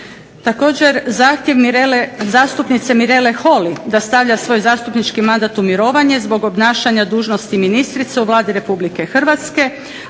Također, zahtjev zastupnice Mirele Holy da stavlja svoj zastupnički mandat u mirovanje zbog obnašanja dužnosti ministrice u Vladi RH, a